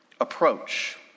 approach